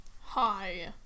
Hi